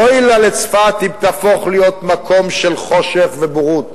אוי לה לצפת אם תהפוך להיות מקום של חושך ובורות.